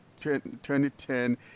2010